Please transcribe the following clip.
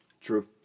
True